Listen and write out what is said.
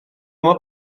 mae